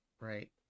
right